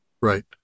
Right